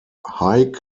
haig